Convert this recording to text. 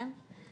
כן?